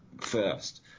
first